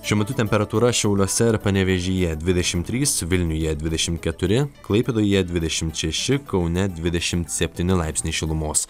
šiuo metu temperatūra šiauliuose ir panevėžyje dvidešim trys vilniuje dvidešim keturi klaipėdoje dvidešimt šeši kaune dvidešimt septyni laipsniai šilumos